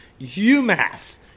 UMass